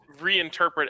reinterpret